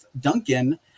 Duncan